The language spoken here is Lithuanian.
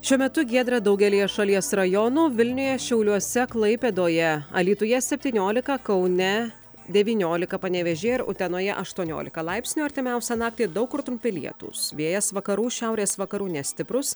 šiuo metu giedra daugelyje šalies rajonų vilniuje šiauliuose klaipėdoje alytuje septyniolika kaune devyniolika panevėžyje ir utenoje aštuoniolika laipsnių artimiausią naktį daug kur trumpi lietūs vėjas vakarų šiaurės vakarų nestiprus